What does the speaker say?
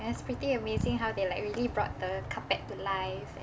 that's pretty amazing how they like really brought the carpet to life and